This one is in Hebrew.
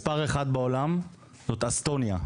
מספר אחד בעולם זאת אסטוניה,